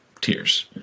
tears